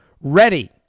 ready